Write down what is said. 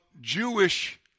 Jewish